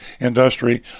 industry